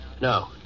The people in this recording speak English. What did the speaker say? No